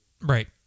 Right